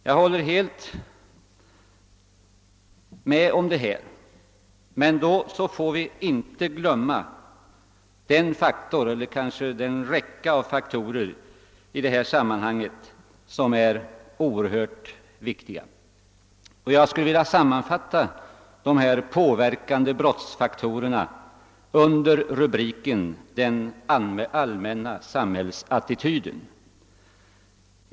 Jag delar helt statsrådets uppfattning, men vi får inte glömma en i detta sammanhang oerhört viktig räcka av faktorer. Jag skulle vilja sammanfatta dessa påverkande brottsfaktorer under rubriken »den allmänna samhällsattityden».